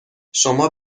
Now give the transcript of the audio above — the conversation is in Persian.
شما